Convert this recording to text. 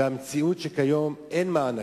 והמציאות היא שכיום אין מענקים.